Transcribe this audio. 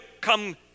come